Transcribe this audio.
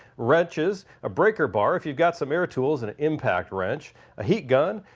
wrenches, a breaker bar, if you've got some air tools an impact wrench a heat gun,